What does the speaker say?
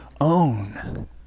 own